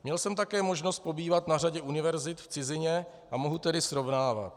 Měl jsem také možnost pobývat na řadě univerzit v cizině a mohu tedy srovnávat.